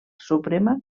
suprema